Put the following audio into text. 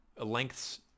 lengths